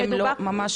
ממש לא.